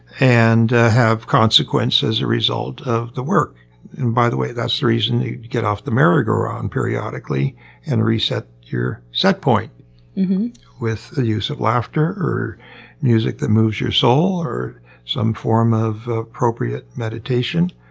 and have consequence as a result of the work. and by the way that's the reason we get off the merry-go-round periodically and reset your set point with the use of laughter, or music that moves your soul, or some form of appropriate meditation.